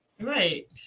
Right